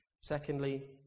Secondly